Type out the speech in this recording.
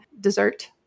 dessert